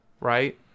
Right